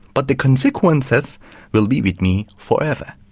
but the consequences will be with me forever.